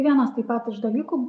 vienas taip pat iš dalykų